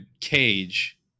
cage